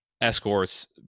escorts